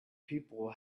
people